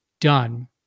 done